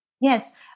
Yes